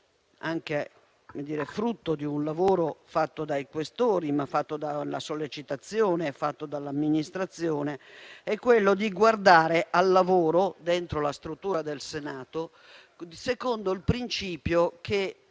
frutto di un lavoro fatto dai senatori Questori, ma fatto dalla sollecitudine dell'Amministrazione, è quello di guardare al lavoro all'interno della struttura del Senato secondo il principio che